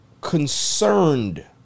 concerned